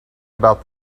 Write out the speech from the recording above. about